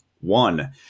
One